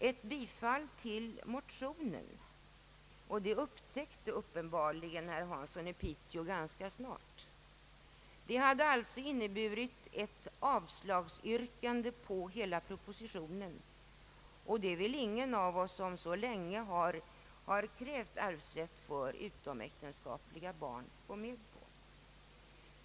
Ett bifall till motionen — och det upptäckte tydligen herr Hansson i Piteå ganska snart — hade alltså inneburit ett yrkande om avslag på hela propositionen, och det vill ingen av oss som så länge har krävt arvsrätt för utomäktenskapliga barn gå med på.